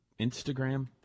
Instagram